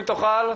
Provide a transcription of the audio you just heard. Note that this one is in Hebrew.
אם תוכל,